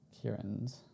Kieran's